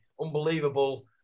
unbelievable